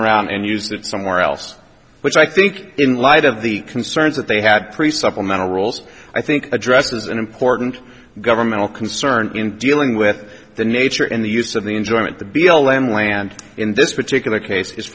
around and use that somewhere else which i think in light of the concerns that they had pre settlement rules i think address is an important governmental concern in dealing with the nature and the use of the enjoyment the b l m land in this particular case is